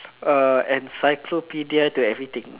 uh encyclopedia to everything